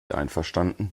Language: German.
einverstanden